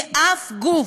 מאף גוף,